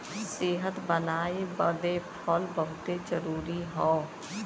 सेहत बनाए बदे फल बहुते जरूरी हौ